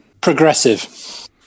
Progressive